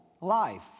life